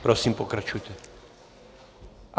Prosím, pokračujte.